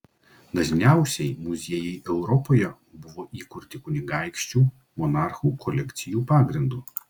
dažniausiai muziejai europoje buvo įkurti kunigaikščių monarchų kolekcijų pagrindu